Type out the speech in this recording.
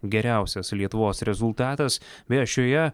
geriausias lietuvos rezultatas beje šioje